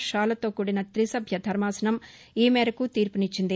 షాలతో కూడిన తిసభ్య ధర్మాసనం ఈ మేరకు తీర్పునిచ్చింది